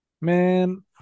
Man